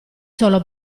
solo